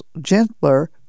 gentler